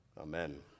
Amen